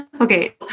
Okay